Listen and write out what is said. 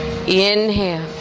Inhale